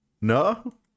No